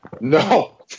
No